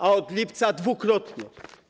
A od lipca - dwukrotnie.